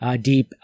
deep